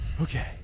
okay